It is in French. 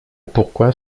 pourquoi